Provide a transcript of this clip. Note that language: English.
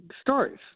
Stories